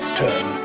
turn